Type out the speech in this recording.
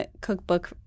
cookbook